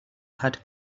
had